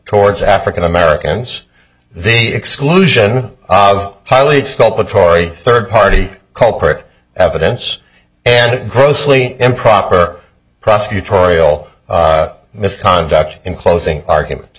towards african americans the exclusion of highly skilled patrol or a third party culprit evidence and grossly improper prosecutorial misconduct in closing argument